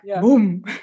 boom